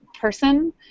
person